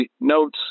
notes